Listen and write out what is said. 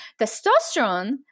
Testosterone